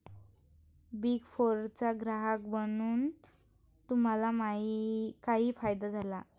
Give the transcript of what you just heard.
Big फोरचा ग्राहक बनून तुम्हाला काही फायदा झाला?